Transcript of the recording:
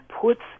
puts